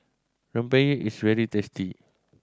rempeyek is very tasty